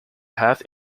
path